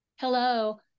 Hello